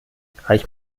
reich